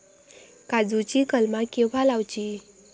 काजुची कलमा केव्हा लावची?